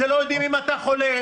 לא יודעים אם אתה חולה,